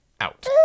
out